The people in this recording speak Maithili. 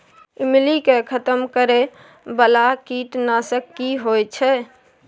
ईमली के खतम करैय बाला कीट नासक की होय छै?